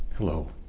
hello,